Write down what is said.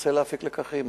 וינסה להפיק לקחים.